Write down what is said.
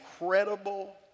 incredible